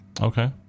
Okay